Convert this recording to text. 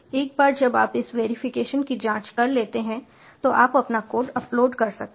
एक बार जब आप इस वेरीफिकेशन की जाँच कर लेते हैं तो आप अपना कोड अपलोड कर सकते हैं